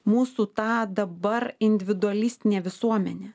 mūsų tą dabar individualistinė visuomenė